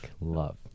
love